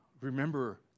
Remember